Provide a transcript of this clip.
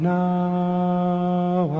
now